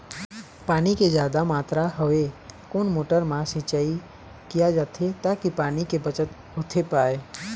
पानी के जादा मात्रा हवे कोन मोटर मा सिचाई किया जाथे ताकि पानी के बचत होथे पाए?